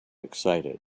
excited